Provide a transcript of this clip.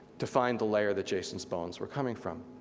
to find the layer that jason's bones were coming from.